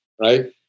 Right